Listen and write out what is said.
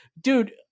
dude